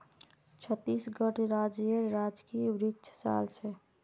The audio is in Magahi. छत्तीसगढ़ राज्येर राजकीय वृक्ष साल छे